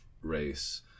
race